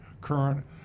current